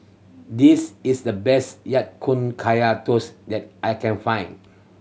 this is the best Ya Kun Kaya Toast that I can find